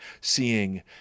seeing